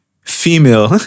Female